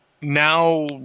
now